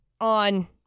on